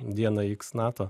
dieną x nato